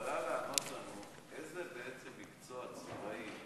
את יכולה לענות לנו באיזה מקצוע צבאי,